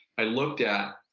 i look at,